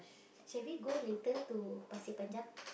shall we go later to Pasir-Panjang